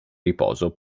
riposo